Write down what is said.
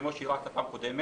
כמו שרצו בפעם הקודמת,